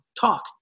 talk